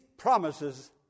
promises